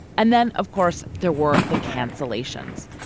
and then, of course, there were the cancellations.